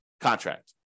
contract